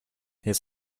his